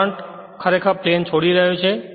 current ખરેખર plane છોડી રહ્યો છે